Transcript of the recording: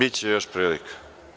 Biće još prilika.